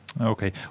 Okay